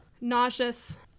nauseous